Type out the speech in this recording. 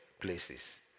places